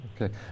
Okay